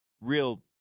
real